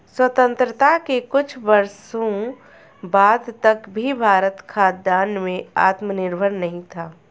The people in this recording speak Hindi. स्वतंत्रता के कुछ वर्षों बाद तक भी भारत खाद्यान्न में आत्मनिर्भर नहीं था